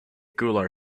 gular